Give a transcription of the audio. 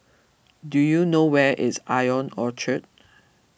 do you know where is I O N Orchard